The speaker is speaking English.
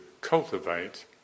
cultivate